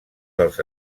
dels